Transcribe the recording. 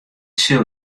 sil